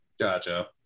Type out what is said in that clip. gotcha